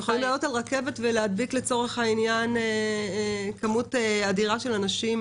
הם יכולים לעלות על רכבת ולהדביק כמות אדירה של אנשים.